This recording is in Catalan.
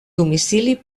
domicili